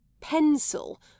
pencil